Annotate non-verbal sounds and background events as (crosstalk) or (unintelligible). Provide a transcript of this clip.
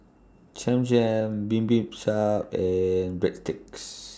Cham Cham Bibimbap (unintelligible) and Breadsticks